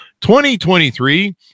2023